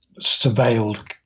surveilled